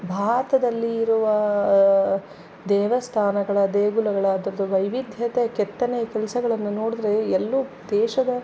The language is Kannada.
ಭಾರತದಲ್ಲಿ ಇರುವ ದೇವಸ್ಥಾನಗಳ ದೇಗುಲಗಳ ಅದರದು ವೈವಿಧ್ಯತೆ ಕೆತ್ತನೆಯ ಕೆಲಸಗಳನ್ನು ನೋಡಿದ್ರೆ ಎಲ್ಲೋ ದೇಶದ